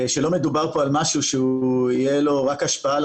שלא מדובר פה על משהו שיהיה לו רק השפעה על